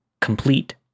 complete